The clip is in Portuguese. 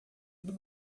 tudo